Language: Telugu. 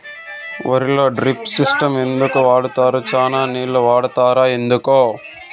వరిలో డ్రిప్ సిస్టం ఎందుకు వాడరు? చానా నీళ్లు వాడుతారు ఎందుకు?